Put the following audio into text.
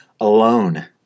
alone